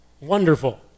Wonderful